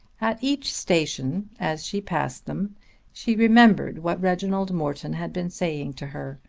at each station as she passed them she remembered what reginald morton had been saying to her,